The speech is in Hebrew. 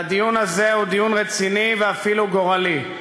והדיון הזה הוא דיון רציני ואפילו גורלי.